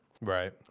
Right